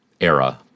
era